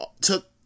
took